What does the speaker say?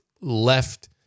left